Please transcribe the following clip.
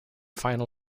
final